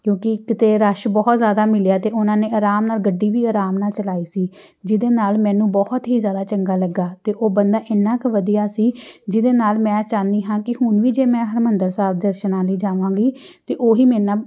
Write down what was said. ਕਿਉਂਕਿ ਇੱਕ ਤਾਂ ਰਸ਼ ਬਹੁਤ ਜ਼ਿਆਦਾ ਮਿਲਿਆ ਅਤੇ ਉਹਨਾਂ ਨੇ ਆਰਾਮ ਨਾਲ ਗੱਡੀ ਵੀ ਆਰਾਮ ਨਾਲ ਚਲਾਈ ਸੀ ਜਿਹਦੇ ਨਾਲ ਮੈਨੂੰ ਬਹੁਤ ਹੀ ਜ਼ਿਆਦਾ ਚੰਗਾ ਲੱਗਾ ਅਤੇ ਉਹ ਬੰਦਾ ਇੰਨਾ ਕੁ ਵਧੀਆ ਸੀ ਜਿਹਦੇ ਨਾਲ ਮੈਂ ਚਾਹੁੰਦੀ ਹਾਂ ਕਿ ਹੁਣ ਵੀ ਜੇ ਮੈਂ ਹਰਿਮੰਦਰ ਸਾਹਿਬ ਦਰਸ਼ਨਾਂ ਲਈ ਜਾਵਾਂਗੀ ਤਾਂ ਉਹ ਹੀ ਮੇਰੇ ਨਾਲ